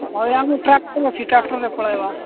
ଅଇଲାଣି tractor ଅଛି ଟ୍ରକ୍ଟରରେ ପଳେଇବା